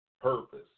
purpose